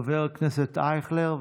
חבר הכנסת אייכלר,